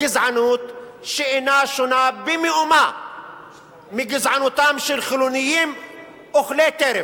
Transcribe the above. גזענות שאינה שונה במאומה מגזענותם של חילונים אוכלי טרף.